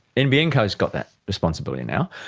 nbn co's got that responsibility now,